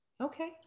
Okay